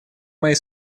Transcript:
моей